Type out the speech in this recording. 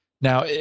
Now